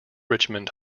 richmond